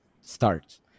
start